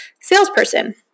salesperson